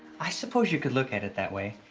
i suppose you could look at it that way.